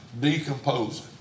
decomposing